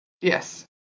Yes